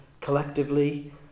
collectively